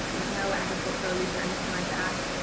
no agricultural use or anything like that,